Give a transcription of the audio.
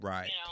Right